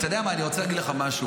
אתה יודע מה, אני רוצה להגיד לך משהו: